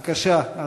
בבקשה,